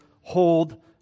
hold